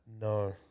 No